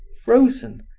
frozen,